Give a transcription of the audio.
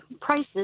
prices